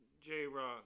J-Rock